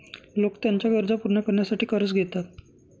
लोक त्यांच्या गरजा पूर्ण करण्यासाठी कर्ज घेतात